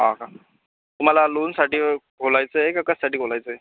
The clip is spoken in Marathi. हा का तुम्हाला लोनसाठी बोलायचं आहे का कशासाठी बोलायचं आहे